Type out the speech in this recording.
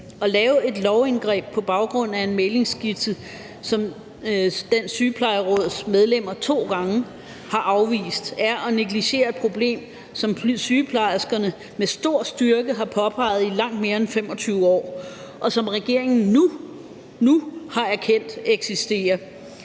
At lave et lovindgreb på baggrund af en mæglingsskitse, som Dansk Sygeplejeråds medlemmer to gange har afvist, er at negligere et problem, som sygeplejerskerne med stor styrke har påpeget i langt mere end 25 år, og som regeringen nu – nu – har erkendt eksisterer.